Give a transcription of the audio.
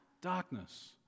darkness